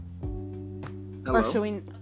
hello